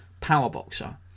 power-boxer